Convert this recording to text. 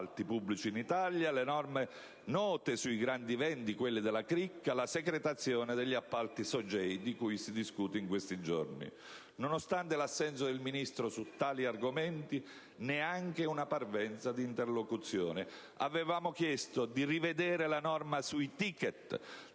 degli appalti), le norme note sui grandi eventi (quelli della «cricca»), la segretazione degli appalti SOGEI, di cui si discute in questi giorni. Nonostante l'assenso di massima del Ministro su tali argomenti, non vi è stata neanche una parvenza di interlocuzione. Avevamo chiesto di rivedere la norma sui *ticket*